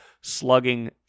slugging